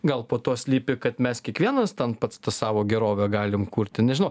gal po tuo slypi kad mes kiekvienas ten pats savo gerovę galim kurti nežinau